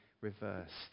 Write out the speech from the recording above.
reversed